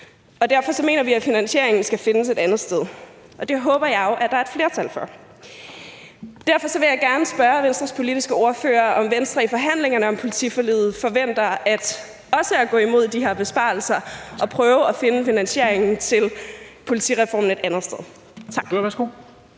og derfor mener vi, at finansieringen skal findes et andet sted, og det håber jeg jo at der er et flertal for. Derfor vil jeg gerne spørge Venstres politiske ordfører, om Venstre i forhandlingerne om politiforliget også forventer at ville gå imod de her besparelser og prøve at finde finansieringen til politireformen et andet sted.